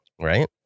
right